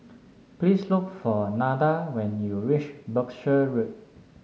please look for Nada when you reach Berkshire Road